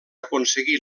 aconseguí